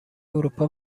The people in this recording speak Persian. اروپا